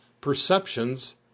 perceptions